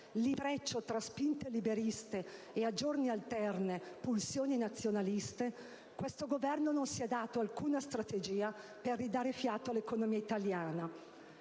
l'intreccio tra spinte liberiste e, a giorni alterne, pulsioni nazionaliste), questo Governo non si è dato alcuna strategia per ridare fiato all'economia italiana.